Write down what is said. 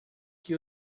que